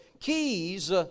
keys